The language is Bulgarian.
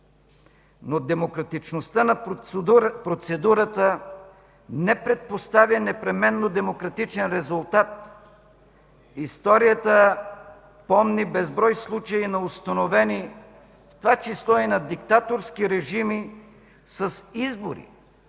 Но демократичността на процедурата не предпоставя непременно демократичен резултат. Историята помни безброй случаи на установени, в това число и на диктаторски режими, с избори,